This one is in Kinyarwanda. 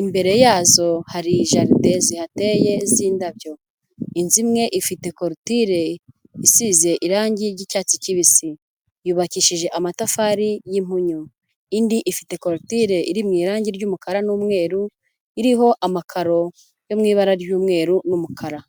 imbere yazo hari jaride zihateye z'indabyo, inzu imwe ifite korotire isize irangi ry'icyatsi kibisi, yubakishije amatafari y'impunyu, indi ifite korotire iri mu irangi ry'umukara n'umweru, iriho amakaro yo mu ibara ry'umweru n'umukara.